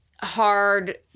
hard